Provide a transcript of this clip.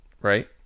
right